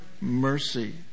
mercy